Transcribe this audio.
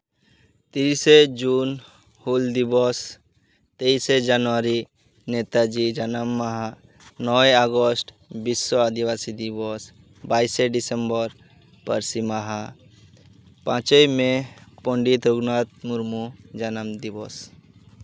ᱛᱤᱨᱤᱥᱮ ᱡᱩᱱ ᱦᱩᱞ ᱫᱤᱵᱚᱥ ᱛᱮᱭᱤᱥᱮ ᱡᱟᱱᱩᱣᱟᱨᱤ ᱱᱮᱛᱟᱡᱤ ᱡᱟᱱᱟᱢ ᱢᱟᱦᱟ ᱱᱚᱭᱮ ᱟᱜᱚᱥᱴ ᱵᱤᱥᱥᱚ ᱟᱹᱫᱤᱵᱟᱹᱥᱤ ᱫᱤᱵᱚᱥ ᱵᱟᱭᱤᱥᱮ ᱰᱤᱥᱮᱢᱵᱚᱨ ᱯᱟᱹᱨᱥᱤ ᱢᱟᱦᱟ ᱯᱟᱸᱪᱮᱭ ᱢᱮ ᱯᱚᱱᱰᱤᱛ ᱨᱟᱹᱜᱷᱩᱱᱟᱛᱷ ᱢᱩᱨᱢᱩ ᱡᱟᱱᱟᱢ ᱫᱤᱵᱚᱥ